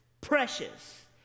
Precious